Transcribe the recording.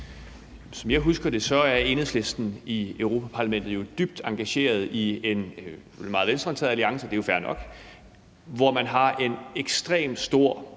Som jeg husker det, er Enhedslisten i Europa-Parlamentet jo dybt engageret i en meget venstreorienteret alliance – og det er jo fair nok – hvor man har en ekstremt stor